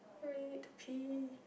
I really need to pee